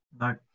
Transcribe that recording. No